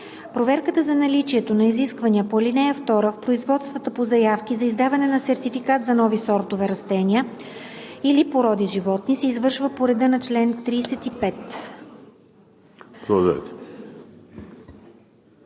Проверката за наличието на изискванията по ал. 2 в производствата по заявки за издаване на сертификат за нови сортове растения или породи животни, се извършва по реда на чл. 35.“ Комисията